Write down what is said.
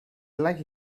lucky